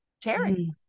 Terry